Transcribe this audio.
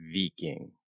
Viking